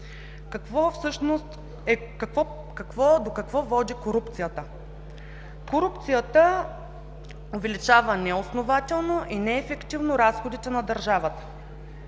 на БСП. До какво води корупцията? Корупцията увеличава неоснователно и неефективно разходите на държавата,